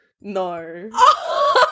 no